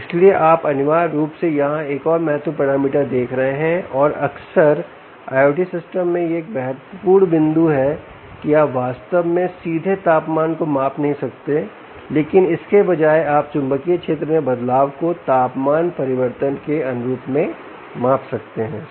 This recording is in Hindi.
इसलिएआप अनिवार्य रूप से यहाँ एक और महत्वपूर्ण पैरामीटर देख रहे हैं और अक्सर IOT सिस्टम में यह एक बहुत महत्वपूर्ण बिंदु है कि आप वास्तव में सीधे तापमान को माप नहीं सकते हैं लेकिन इसके बजाय आप चुंबकीय क्षेत्र में बदलाव को तापमान परिवर्तन के अनुरूप में माप सकते हैं